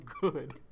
good